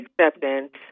acceptance